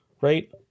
right